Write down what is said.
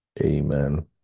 Amen